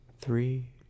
Three